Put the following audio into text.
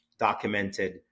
documented